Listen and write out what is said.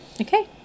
Okay